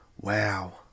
Wow